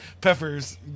Peppers